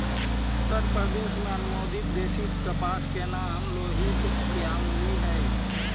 उत्तरप्रदेश में अनुमोदित देशी कपास के नाम लोहित यामली हई